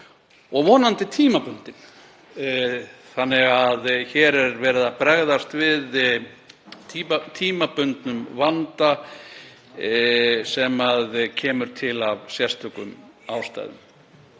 og vonandi tímabundinn. Hér er verið að bregðast við tímabundnum vanda sem kemur til af sérstökum ástæðum.